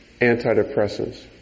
antidepressants